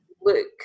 Look